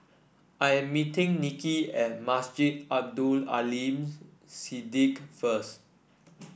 I am meeting Nicki at Masjid Abdul Aleem Siddique first